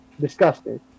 Disgusting